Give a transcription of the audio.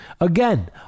again